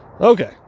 Okay